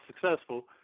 successful